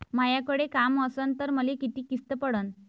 मायाकडे काम असन तर मले किती किस्त पडन?